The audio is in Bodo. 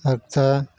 आग्दा